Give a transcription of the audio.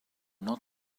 not